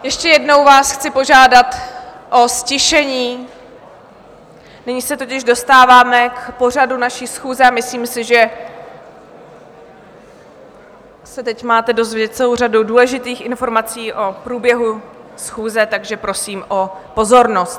Ještě jednou vás chci požádat o ztišení, nyní se totiž dostáváme k pořadu naší schůze a myslím si, že se teď máte dozvědět celou řadu důležitých informací o průběhu schůze, takže prosím o pozornost.